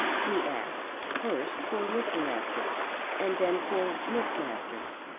he asked first for mr. masters and then for miss masters,